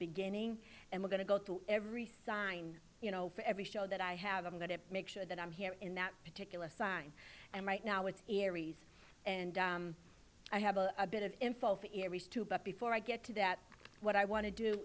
beginning and we're going to go through every sign you know for every show that i have on that it make sure that i'm here in that particular sign and right now it's aries and i have a bit of info theories too but before i get to that what i want to do